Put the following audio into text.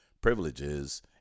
privileges